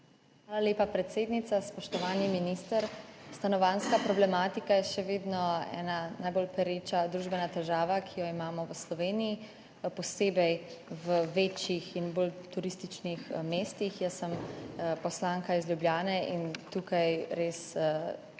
Hvala lepa, predsednica. Spoštovani minister! Stanovanjska problematika je še vedno ena najbolj perečih družbenih težav, ki jo imamo v Sloveniji, posebej v večjih in bolj turističnih mestih. Jaz sem poslanka iz Ljubljane in tukaj res